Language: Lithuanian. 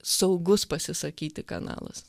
saugus pasisakyti kanalas